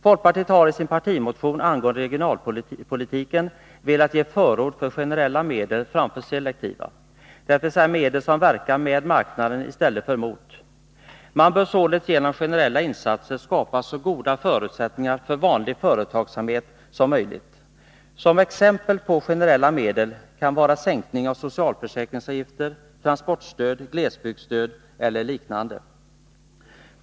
Folkpartiet har i sin partimotion angående regionalpolitiken velat ge förord för generella medel framför selektiva, dvs. medel som verkar med marknaderna i stället för emot. Man bör således genom generella insatser skapa så goda förutsättningar för vanlig företagsamhet som möjligt. Som exempel på generella medel kan anges sänkning av socialförsäkringsavgifterna, transportstöd och glesbygdsstöd.